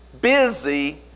busy